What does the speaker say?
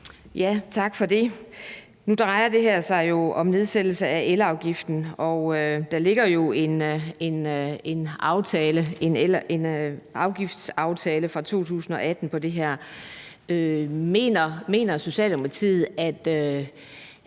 Tak for det. Nu drejer det her sig jo om nedsættelse af elafgiften, og der ligger en afgiftsaftale fra 2018 på det her område. Mener Socialdemokratiet, at